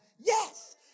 Yes